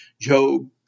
Job